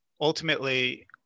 ultimately